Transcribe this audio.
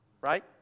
right